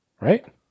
Right